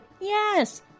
yes